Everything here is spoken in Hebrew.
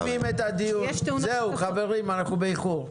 זהו חברים, אנחנו באיחור.